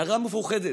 הנערה מפוחדת,